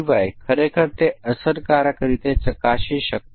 જેને નબળા સમાનતા પરીક્ષણ તરીકે ઓળખવામાં આવે છે